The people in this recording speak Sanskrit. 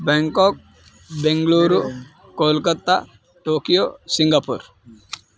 Bangkok Bengaluru Kolkata Tokyo Singapore